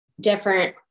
different